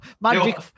magic